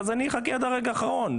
אז אני אחכה עד הרגע האחרון,